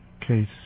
case